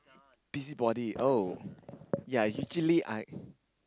busybody oh ya usually I